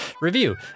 review